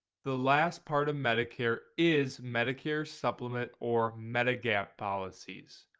the last part of medicare is medicare supplement or medigap policies.